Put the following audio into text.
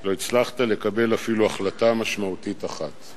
לא הצלחת לקבל אפילו החלטה משמעותית אחת.